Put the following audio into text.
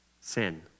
sin